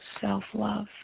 self-love